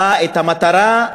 את המטרה,